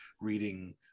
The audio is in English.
reading